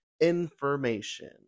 information